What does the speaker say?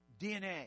DNA